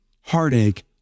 heartache